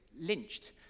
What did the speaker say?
lynched